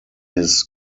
his